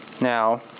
Now